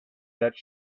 that